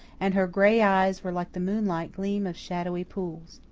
and her gray eyes were like the moonlight gleam of shadowy pools.